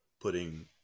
putting